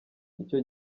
nicyo